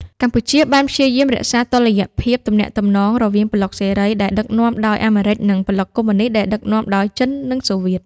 កម្ពុជាបានព្យាយាមរក្សាតុល្យភាពទំនាក់ទំនងរវាងប្លុកសេរី ដែលដឺកនាំដោយអាមេរិក និងប្លុកកុម្មុយនីស្តដែលដឺកនាំដោ ចិននិងសូវៀត។